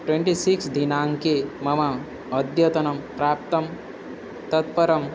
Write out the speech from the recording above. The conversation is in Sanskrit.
ट्वेण्टि सिक्स् दिनाङ्के मम अद्यतनं प्राप्तं तत्परं